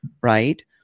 right